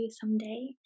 someday